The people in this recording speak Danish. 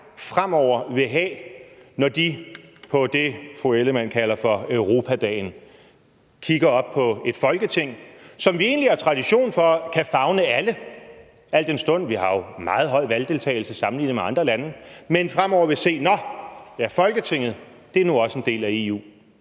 fremover vil have, når de på det, fru Karen Ellemann kalder Europadagen, kigger op på et Folketing – som vi egentlig har tradition for kan favne alle, al den stund vi har meget høj valgdeltagelse sammenlignet med andre lande – og vil se, at Folketinget nu også er en del af EU?